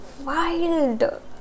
wild